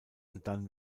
dann